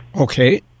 Okay